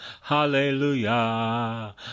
hallelujah